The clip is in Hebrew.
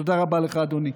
תודה רבה לך, אדוני.